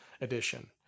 edition